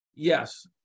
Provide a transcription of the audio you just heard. Yes